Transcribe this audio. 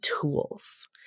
tools